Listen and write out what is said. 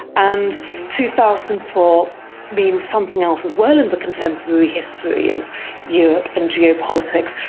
and two thousand and four means something else as well in the contemporary history of europe and geopolitics,